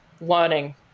learning